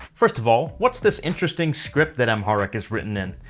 first of all, what's this interesting script that amharic is written in?